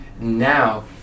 Now